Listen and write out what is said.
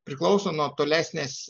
priklauso nuo tolesnės